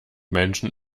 menschen